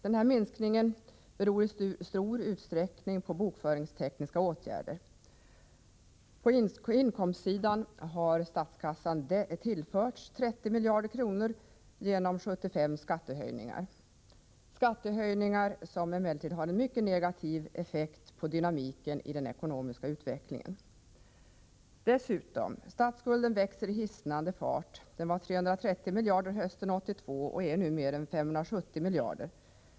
Den här minskningen beror i stor utsträckning på bokföringstekniska åtgärder. På inkomstsidan har statskassan tillförts 30 miljarder kronor genom 75 skattehöjningar — skattehöjningar som emellertid har en mycket negativ effekt på dynamiken i den ekonomiska utvecklingen. Dessutom — statsskulden växer i hissnande fart. Den var 330 miljarder hösten 1982 och är nu mer än 570 miljarder.